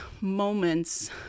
moments